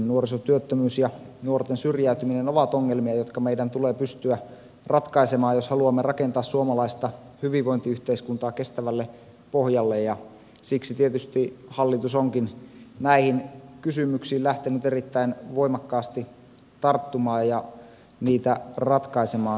nuorisotyöttömyys ja nuorten syrjäytyminen ovat ongelmia jotka meidän tulee pystyä ratkaisemaan jos haluamme rakentaa suomalaista hyvinvointiyhteiskuntaa kestävälle pohjalle ja siksi tietysti hallitus onkin näihin kysymyksiin lähtenyt erittäin voimakkaasti tarttumaan ja niitä ratkaisemaan